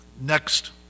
Next